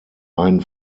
ein